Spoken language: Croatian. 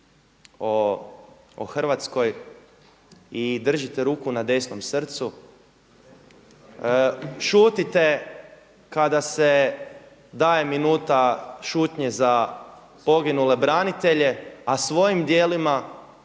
o Hrvatskoj i držite ruku na desnom srcu, šutite kada se daje minuta šutnje za poginule branitelje, a svojim djelima,